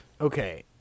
okay